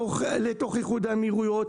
לתוך איחוד האמירויות,